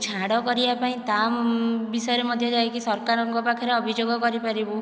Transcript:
ଛାଡ଼ କରିବା ପାଇଁ ତା ବିଷୟରେ ମଧ୍ୟ ଯାଇକି ସରକାରଙ୍କ ପାଖରେ ଅଭିଯୋଗ କରିପାରିବୁ